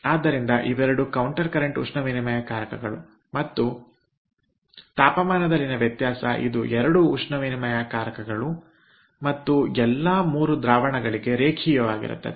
ಆದ್ದರಿಂದ ಇವೆರಡೂ counter current ಉಷ್ಣ ವಿನಿಮಯಕಾರಕಗಳು ಮತ್ತು ತಾಪಮಾನದಲ್ಲಿನ ವ್ಯತ್ಯಾಸ ಇದು 2 ಉಷ್ಣವಿನಿಮಯಕಾರಕಗಳು ಮತ್ತು ಎಲ್ಲಾ 3 ದ್ರಾವಣ ಗಳಿಗೆ ರೇಖೀಯವಾಗಿರುತ್ತದೆ